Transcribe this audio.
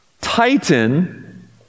Titan